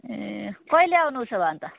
ए कहिले आउनु उसो भए अन्त